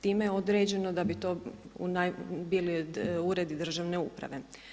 Time je određeno da bi to bili uredi državne uprave.